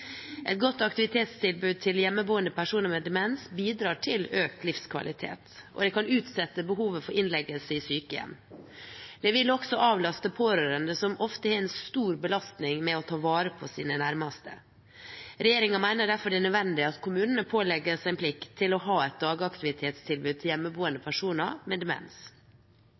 Et godt dagaktivitetstilbud til hjemmeboende personer med demens bidrar til økt livskvalitet, og det kan utsette behovet for innleggelse i sykehjem. Det vil også avlaste pårørende, som ofte har en stor belastning med å ta vare på sine nærmeste. Regjeringen mener derfor det er nødvendig at kommunene pålegges en plikt til å ha et dagaktivitetstilbud til hjemmeboende personer med demens.